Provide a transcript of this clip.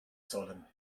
sollen